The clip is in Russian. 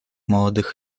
молодых